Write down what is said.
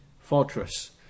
fortress